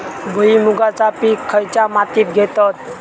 भुईमुगाचा पीक खयच्या मातीत घेतत?